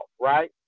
right